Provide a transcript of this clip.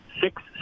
six